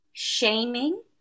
Shaming